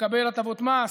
תקבל הטבות מס,